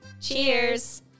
Cheers